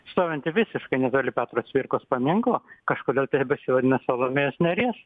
stovinti visiškai netoli petro cvirkos paminklo kažkodėl tebesivadina salomėjos nėries